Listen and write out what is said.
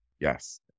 yes